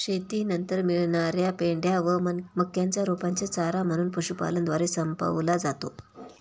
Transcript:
शेतीनंतर मिळणार्या पेंढ्या व मक्याच्या रोपांचे चारा म्हणून पशुपालनद्वारे संपवला जातो